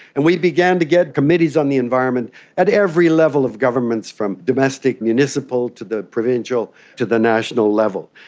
and we began to get committees on the environment at every level of governments, from domestic, municipal, to the provincial, to the national level.